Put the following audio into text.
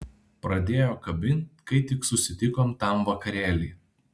pradėjo kabint kai tik susitikom tam vakarėly